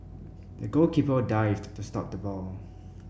the goalkeeper dived to stop the ball